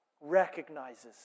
Recognizes